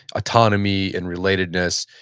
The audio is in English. autonomy and relatedness.